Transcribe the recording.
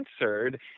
answered